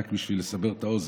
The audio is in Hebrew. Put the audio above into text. רק בשביל לסבר את האוזן,